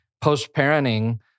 post-parenting